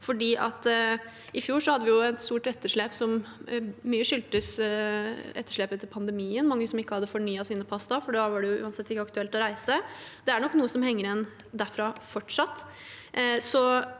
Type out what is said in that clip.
I fjor hadde vi et stort etterslep som mye skyldtes etterslepet etter pandemien. Det var mange som ikke hadde fornyet sine pass da, for da var det uansett ikke aktuelt å reise. Det er nok noe som henger igjen derfra fortsatt.